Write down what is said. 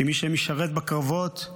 כי מי שמשרת בקרבות,